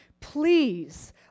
please